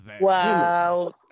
Wow